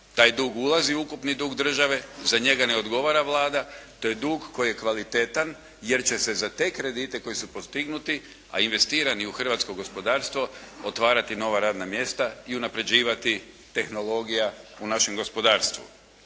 Taj dug ulazi u ukupni dug države, za njega ne odgovara Vlada. To je dug koji je kvalitetan jer će se za te kredite koji su postignuti a investirani u hrvatsko gospodarstvo otvarati nova radna mjesta i unaprjeđivati tehnologija u našem gospodarstvu.